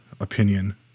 opinion